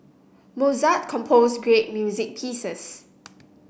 Mozart composed great music pieces